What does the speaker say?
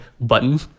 button